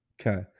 Okay